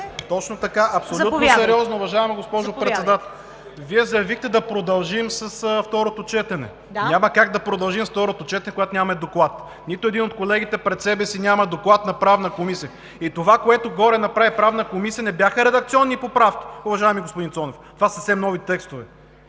Точно така, абсолютно сериозно, уважаема госпожо Председател! Вие заявихте да продължим с второто четене. Няма как да продължим с второто четене, когато нямаме доклад. Нито един от колегите няма доклад пред себе си на Правната комисия. Това, което Правната комисия направи горе, не бяха редакционни поправки, уважаеми господин Цонев. Това са все нови текстове